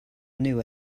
knew